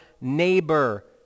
neighbor